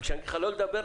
וכשאני אגיד לך לא לדבר,